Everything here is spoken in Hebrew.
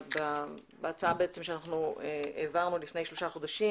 בהצעה שהעברנו לפני שלושה חודשים,